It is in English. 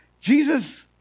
Jesus